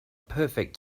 perfect